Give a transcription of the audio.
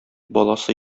баласы